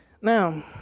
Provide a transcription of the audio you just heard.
Now